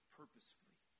purposefully